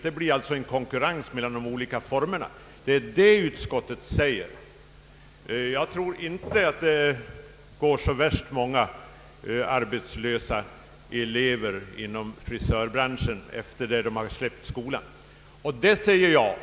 Utskottet menar alltså, att det blir konkurrens mellan de olika utbildningsformerna. Jag tror inte att det finns arbetslösa elever inom frisörbranschen efter det att de slutat sin utbildning.